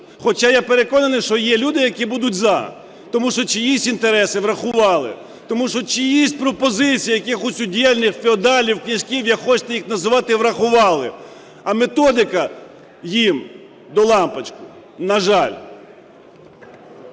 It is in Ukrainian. хоча я переконаний, що є люди, які будуть "за", тому що чиїсь інтереси врахували, тому що чиїсь пропозиції, якихось удєльних феодалів, князьків, як хочете їх називайте, врахували. А методика їм до лампочки, на жаль.